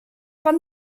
pan